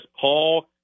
Paul